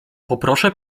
poproszę